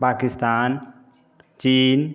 Pakistan China